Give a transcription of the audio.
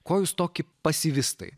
ko jūs toki pasivistai